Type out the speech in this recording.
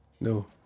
No